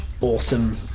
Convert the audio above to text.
awesome